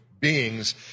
beings